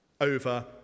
over